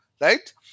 right